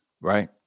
right